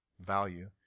value